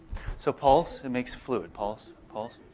so pulse, it makes fluid. pulse, pulse.